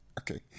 Okay